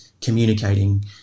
communicating